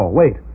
wait